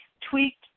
tweaked